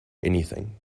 anything